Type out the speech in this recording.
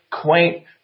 quaint